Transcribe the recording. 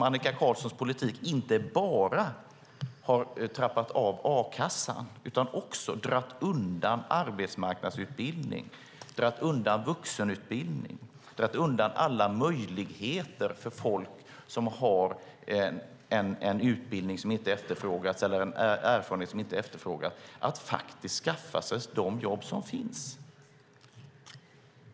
Annika Qarlssons politik har inte bara trappat av a-kassan utan också dragit undan arbetsmarknadsutbildning, dragit undan vuxenutbildning, dragit undan alla möjligheter för folk som har en utbildning som inte efterfrågas eller en erfarenhet som inte efterfrågas att skaffa sig de jobb som finns.